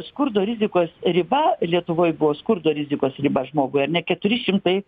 skurdo rizikos riba lietuvoj buvo skurdo rizikos riba žmogui ar ne keturi šimtai